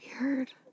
Weird